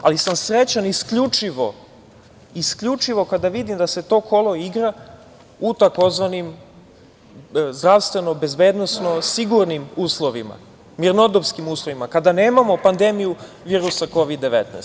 Ali sam srećan, isključivo kada vidim da se to kolo igra u tzv. zdravstven bezbednosno sigurnim uslovima, mirnodopskim uslovima, kada nemamo pandemiju virusa Kovid 19.